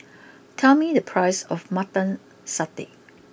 tell me the price of Mutton Satay